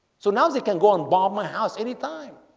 so now they can go and bomb my house any time